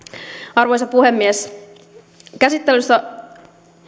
arvoisa puhemies käsittelyssä